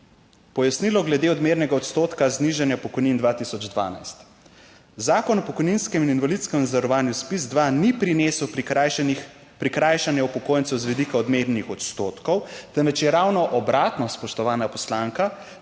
pojasnilo glede odmernega odstotka znižanja pokojnin 2012, Zakon o pokojninskem in invalidskem zavarovanju ZPIZ dva ni prinesel prikrajšanih prikrajšanja upokojencev z vidika odmernih odstotkov, temveč je ravno obratno, spoštovana poslanka,